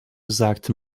sagt